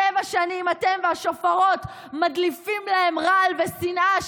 שבע שנים אתם והשופרות מדליפים להם רעל ושנאה,